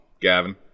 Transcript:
Gavin